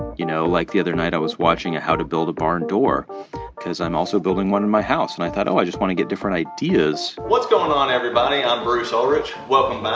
you know, like, the other night, i was watching how to build a barn door because i'm also building one in my house. and i thought, oh, i just want to get different ideas what's going on, everybody? i'm bruce ulrich. welcome back.